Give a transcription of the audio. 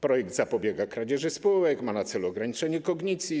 Projekt zapobiega kradzieży spółek, ma na celu ograniczenie kognicji.